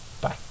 bye